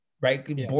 right